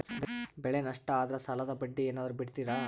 ಬೆಳೆ ನಷ್ಟ ಆದ್ರ ಸಾಲದ ಬಡ್ಡಿ ಏನಾದ್ರು ಬಿಡ್ತಿರಾ?